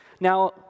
Now